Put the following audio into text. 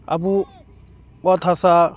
ᱟᱵᱚ ᱚᱛ ᱦᱟᱥᱟ